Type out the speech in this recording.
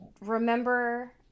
Remember